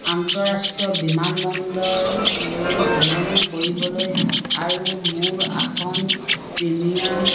আন্তঃৰাষ্ট্ৰীয় বিমানবন্দৰলৈ সলনি কৰিবলৈ আৰু মোৰ আসন প্ৰিমিয়াম